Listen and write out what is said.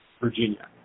Virginia